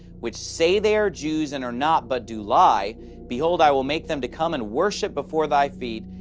which say they are jews, and are not, but do lie behold, i will make them to come and worship before thy feet,